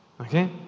okay